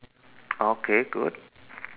okay good